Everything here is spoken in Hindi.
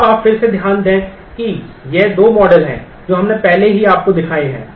अब आप फिर से ध्यान दें कि ये दो मॉडल हैं जो हमने पहले ही आपको दिखाए हैं